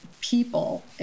people